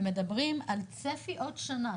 ומדברים על צפי עוד שנה.